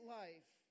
life